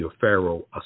pharaoh